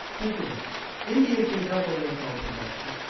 think of it india can double their coal production.